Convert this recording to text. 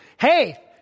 Hey